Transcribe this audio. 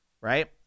Right